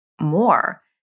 more